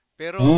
pero